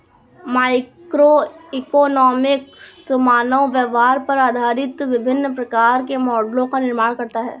microeconomics मानव व्यवहार पर आधारित विभिन्न प्रकार के मॉडलों का निर्माण करता है